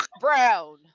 Brown